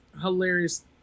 hilarious